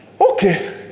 okay